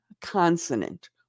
consonant